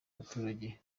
abaturage